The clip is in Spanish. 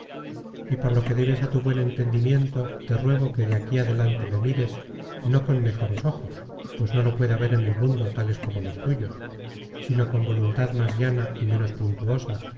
y por lo que debes á tu buen entendimiento te ruego que de aquí adelante me mires no con mejores ojos pues no los puede haber en el mundo tales como los tuyos sino con voluntad más llana y menos puntuosa